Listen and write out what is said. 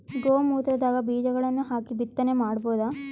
ಗೋ ಮೂತ್ರದಾಗ ಬೀಜಗಳನ್ನು ಹಾಕಿ ಬಿತ್ತನೆ ಮಾಡಬೋದ?